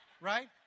right